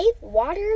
water